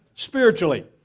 Spiritually